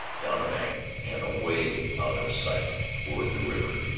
down a bank, and away out of sight toward the river.